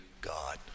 God